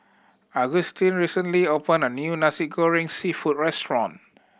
Agustin recently opened a new Nasi Goreng Seafood restaurant